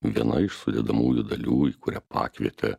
viena iš sudedamųjų dalių į kurią pakvietė